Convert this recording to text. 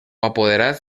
apoderats